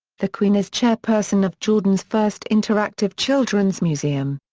the queen is chairperson of jordan's first interactive children's museum.